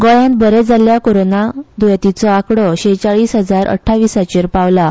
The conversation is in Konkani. गोंयात बरे जाल्ल्या कोरोना द्येंतींचो आकडो शेचाळीस हजार अठ्ठावीसचेर पांवलां